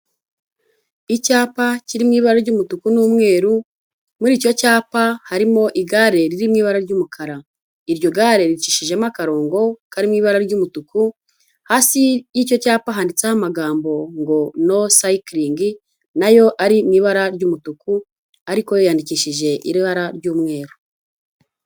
Icyapa kiri mu ibara ry'umutuku n'umweru, muri icyo cyapa harimo igare riri mu ibara ry'umukara, iryo gare ricishijemo akarongo kari mu ibara ry'umutuku, hasi y'icyo cyapa handitseho amagambo ngo no sayikiringi n’ayo ari mu ibara ry'umutuku ariko yo yandikishije mu ibara ry'umweru.